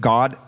God